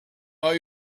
are